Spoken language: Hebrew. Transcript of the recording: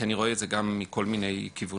כי אני רואה את זה גם מכל מיני כיוונים.